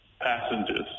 passengers